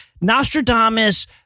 Nostradamus